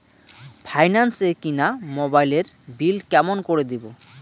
Finance এ কিনা মোবাইলের বিল কেমন করে দিবো?